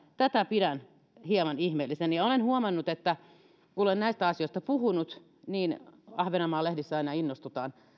tätä pidän hieman ihmeellisenä ja olen huomannut että kun olen näistä asioista puhunut niin ahvenanmaan lehdissä aina innostutaan